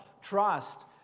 trust